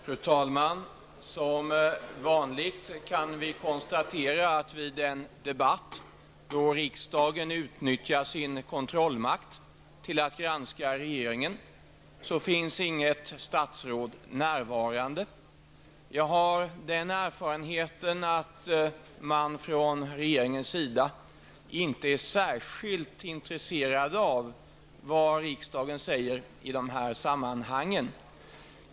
Fru talman! Som vanligt kan vi konstatera att vid en debatt då riksdagen utnyttjar sin kontrollmakt till att granska regeringen finns inget statsråd närvarande. Jag har den erfarenheten att man från regeringens sida inte är särskilt intresserad av vad riksdagen säger i dessa sammanhang.